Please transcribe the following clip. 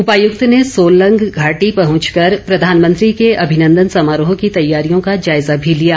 उपायुक्त ने सोलंग घाटी पहुंच कर प्रधानमंत्री के अभिनन्दन समारोह की तैयारियों का जायजा भी लिया